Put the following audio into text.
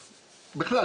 בכלל,